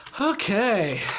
okay